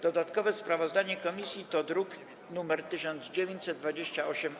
Dodatkowe sprawozdanie komisji to druk nr 1928-A.